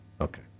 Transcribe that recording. Okay